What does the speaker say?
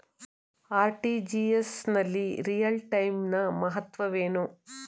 RTGS ನಲ್ಲಿ real time ನ ಮಹತ್ವವೇನು?